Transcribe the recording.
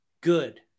good